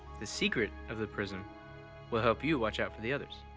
the secret of the prism will help you watch out for the others.